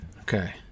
Okay